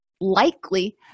likely